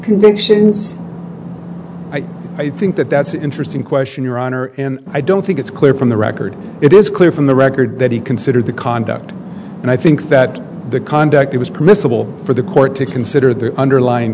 convictions i think that that's an interesting question your honor and i don't think it's clear from the record it is clear from the record that he considered the conduct and i think that the conduct was permissible for the court to consider the underlying